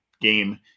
game